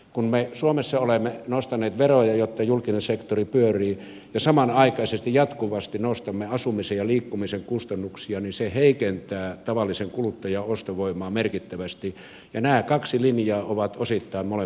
kun me suomessa olemme nostaneet veroja jotta julkinen sektori pyörii ja samanaikaisesti jatkuvasti nostamme asumisen ja liikkumisen kustannuksia niin se heikentää tavallisen kuluttajan ostovoimaa merkittävästi ja nämä kaksi linjaa ovat osittain molemmat vääriä